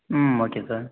ம் okay sir